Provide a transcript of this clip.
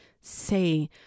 say